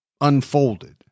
unfolded